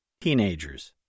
teenagers